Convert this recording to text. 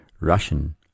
Russian